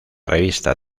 revista